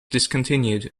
discontinued